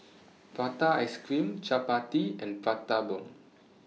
Prata Ice Cream Chappati and Prata Bomb